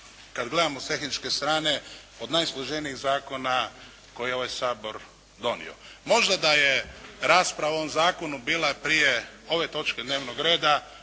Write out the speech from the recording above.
kada gledamo s tehničke strane, od najsloženijih zakona koje je ovaj Sabor donio. Možda da je rasprava o ovom zakonu bila prije ove točke dnevnog reda,